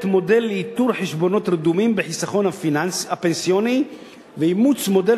מודל לאיתור חשבונות רדומים בחיסכון הפנסיוני ואימוץ מודל